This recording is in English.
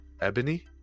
ebony